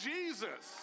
Jesus